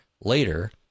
later